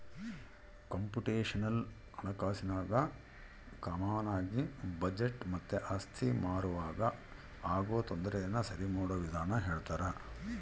computational ಹಣಕಾಸಿನಾಗ ಕಾಮಾನಾಗಿ budget ಮತ್ತೆ ಆಸ್ತಿ ಮಾರುವಾಗ ಆಗೋ ತೊಂದರೆನ ಸರಿಮಾಡೋ ವಿಧಾನ ಹೇಳ್ತರ